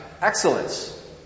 excellence